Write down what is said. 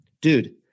Dude